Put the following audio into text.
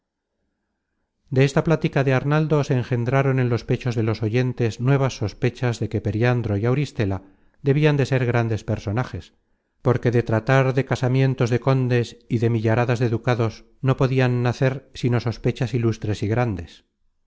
de esta plática de arnaldo se engendraron en los pechos de los oyentes nuevas sospechas de que periandro y auristela debian de ser grandes personajes porque de tratar de casamientos de condes y de millaradas de ducados no podian nacer sino sospechas ilustres y grandes